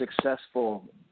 successful